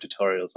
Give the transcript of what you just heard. tutorials